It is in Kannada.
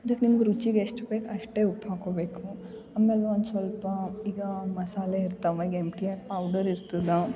ಅದಕ್ಕೆ ನಿಮ್ಗೆ ರುಚಿಗೆ ಎಷ್ಟು ಬೇಕು ಅಷ್ಟೇ ಉಪ್ಪು ಹಾಕೋಬೇಕು ಆಮೇಲೆ ಒಂದು ಸ್ವಲ್ಪ ಈಗ ಮಸಾಲೆ ಇರ್ತಾವೆ ಎಮ್ ಟಿ ಆರ್ ಪೌಡರ್ ಇರ್ತದೆ